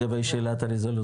אגב, שאלת הרזולוציה.